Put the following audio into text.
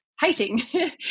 hating